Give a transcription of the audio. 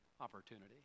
opportunity